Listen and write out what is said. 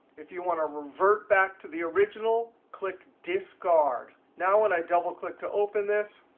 if you want to revert back to the original, click discard. now when i double click to open this,